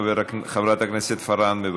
חברת הכנסת פארן,